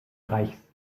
reichs